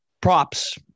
props